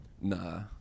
Nah